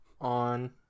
on